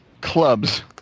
clubs